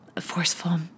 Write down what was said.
forceful